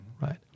right